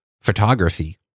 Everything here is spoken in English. photography